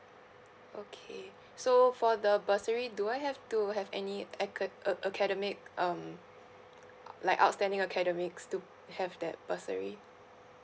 okay so for the bursary do I have to have any aca~ a~ academic um uh like outstanding academics to have that bursary